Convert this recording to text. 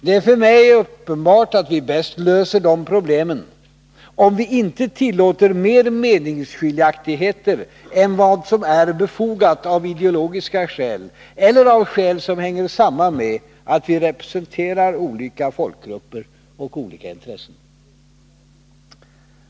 Det är för mig uppenbart att vi bäst löser de problemen om vi inte tillåter mer meningsskiljaktigheter än vad som är befogat av ideologiska skäl eller av de skäl som hänger samman med att vi representerar olika folkgrupper och olika intressen.